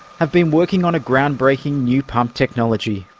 have been working on a ground-breaking new pump technology.